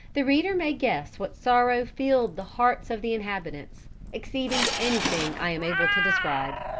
the reader may guess what sorrow filled the hearts of the inhabitants exceeding anything i am able to describe.